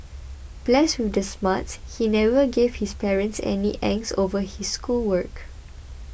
blessed with the smarts he never gave his parents any angst over his schoolwork